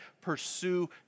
pursue